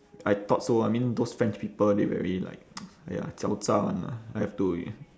I thought so I mean those french people they very like !aiya! 狡诈 [one] lah I have to